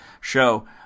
show